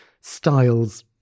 styles